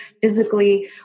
physically